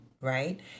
right